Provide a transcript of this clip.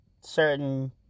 certain